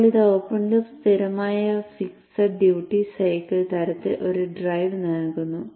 ഇപ്പോൾ ഇത് open loop സ്ഥിരമായ ഫിക്സഡ് ഡ്യൂട്ടി സൈക്കിൾ തരത്തിൽ ഒരു ഡ്രൈവ് നൽകുന്നു